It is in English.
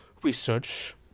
Research